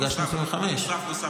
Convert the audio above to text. הגשנו את 2025. נוסף.